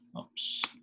Oops